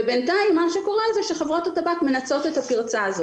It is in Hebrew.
בינתיים מה שקורה זה שחברות הטבק מנצלות את הפרצה הזאת.